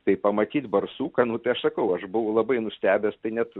tai pamatyt barsuką nu tai aš sakau aš buvau labai nustebęs tai net